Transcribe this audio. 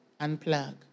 unplug